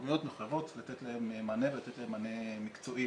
המקומיות מחויבים לתת להם מענה ולתת להם מענה מקצועי.